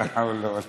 (אומר בערבית: